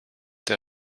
der